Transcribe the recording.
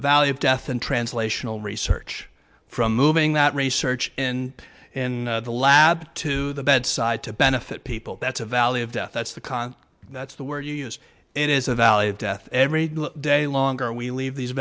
valley of death and translational research from moving that research and in the lab to the bedside to benefit people that's a valley of death that's the con that's the word you use it is the valley of death every day longer we leave these